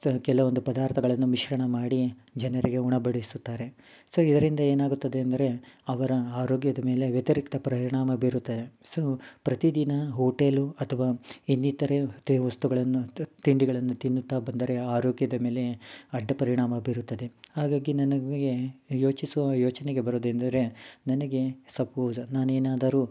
so ಕೆಲವೊಂದು ಪದಾರ್ಥಗಳನ್ನು ಮಿಶ್ರಣ ಮಾಡಿ ಜನರಿಗೆ ಉಣ ಬಡಿಸುತ್ತಾರೆ ಸೊ ಇದರಿಂದ ಏನಾಗುತ್ತದೆ ಎಂದರೆ ಅವರ ಆರೋಗ್ಯದ ಮೇಲೆ ವ್ಯತಿರಿಕ್ತ ಪರಿಣಾಮ ಬೀರುತ್ತದೆ ಸೊ ಪ್ರತಿದಿನ ಹೋಟೆಲು ಅಥ್ವಾ ಇನ್ನಿತರೆ ವಸ್ತುಗಳನ್ನು ತ್ ತಿಂಡಿಗಳನ್ನು ತಿನ್ನುತ್ತಾ ಬಂದರೆ ಆರೋಗ್ಯದ ಮೇಲೆ ಅಡ್ಡಪರಿಣಾಮ ಬೀರುತ್ತದೆ ಹಾಗಾಗಿ ನನಗೆ ಯೋಚಿಸುವ ಯೋಚನೆಗೆ ಬರೋದೆಂದರೆ ನನಗೆ ಸಪೋಸ್ ನಾನೇನಾದರೂ